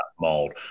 mold